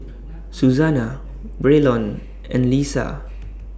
Susana Braylon and Leesa